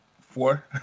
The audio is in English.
four